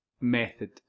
method